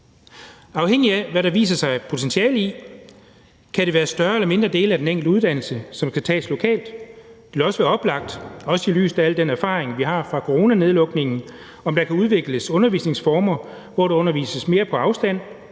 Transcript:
Afhængigt af hvad der viser sig et potentiale i, kan det være større eller mindre dele af en enkelt uddannelse, som kan tages lokalt. Det vil også være oplagt i lyset af al den erfaring, vi har fra coronanedlukningen, at se på, om der kan udvikles undervisningsformer, hvor der undervises mere på afstand,